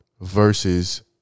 versus